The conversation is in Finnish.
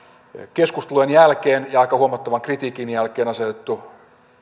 keskustelujen jälkeen ja aika huomattavan kritiikin jälkeen asetettu